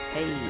Hey